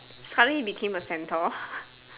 something became a centaur